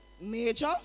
major